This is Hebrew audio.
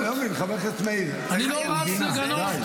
אני לא רץ לגנות